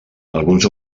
alguns